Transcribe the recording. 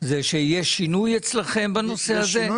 שיש שינוי אצלכם בנושא הזה?